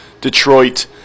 Detroit